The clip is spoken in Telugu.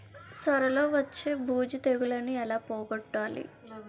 సొర లో వచ్చే బూజు తెగులని ఏల పోగొట్టాలి?